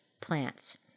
plants